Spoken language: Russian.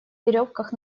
веревках